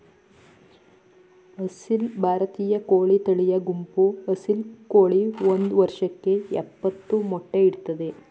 ಅಸೀಲ್ ಭಾರತೀಯ ಕೋಳಿ ತಳಿಯ ಗುಂಪು ಅಸೀಲ್ ಕೋಳಿ ಒಂದ್ ವರ್ಷಕ್ಕೆ ಯಪ್ಪತ್ತು ಮೊಟ್ಟೆ ಇಡ್ತದೆ